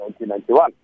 1991